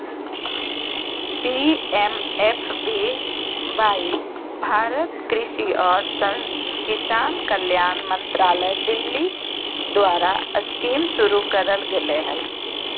PMFBY Bharat कृषि और किसान कल्याण मंत्रालय दिल्ली द्वारास्कीमशुरू करल गेलय हल